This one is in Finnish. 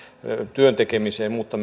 työntekemiseen mutta